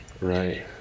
Right